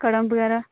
कड़म बगैरा